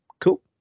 cool